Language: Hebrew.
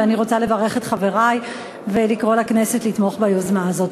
ואני רוצה לברך את חברי ולקרוא לכנסת לתמוך ביוזמה הזאת.